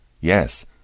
Yes